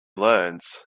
learns